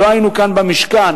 לא היינו כאן במשכן,